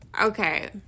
okay